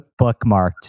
bookmarked